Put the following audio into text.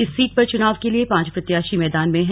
इस सीट पर चुनाव के लिए पांच प्रत्याशी मैदान में हैं